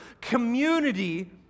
Community